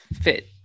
fit